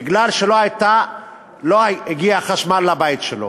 מפני שלא הגיע חשמל לבית שלו.